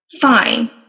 fine